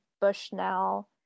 Bushnell